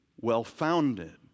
well-founded